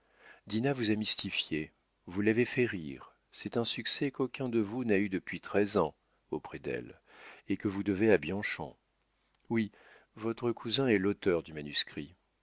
vous a mystifié vous l'avez fait rire c'est un succès qu'aucun de vous n'a eu depuis treize ans auprès d'elle et que vous devez à bianchon oui votre cousin est l'auteur du manuscrit